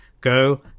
Go